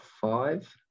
five